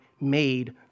made